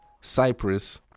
cyprus